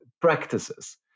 practices